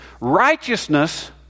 Righteousness